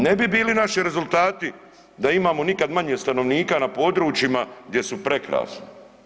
Ne bi bili naši rezultati da imamo nikad manje stanovnika na područjima gdje su prekrasni.